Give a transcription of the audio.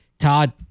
Todd